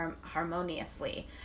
harmoniously